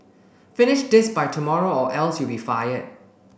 finish this by tomorrow or else you'll be fired